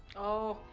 oh,